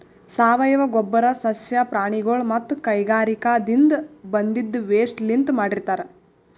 ಸಾವಯವ ಗೊಬ್ಬರ್ ಸಸ್ಯ ಪ್ರಾಣಿಗೊಳ್ ಮತ್ತ್ ಕೈಗಾರಿಕಾದಿನ್ದ ಬಂದಿದ್ ವೇಸ್ಟ್ ಲಿಂತ್ ಮಾಡಿರ್ತರ್